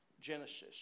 Genesis